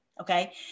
Okay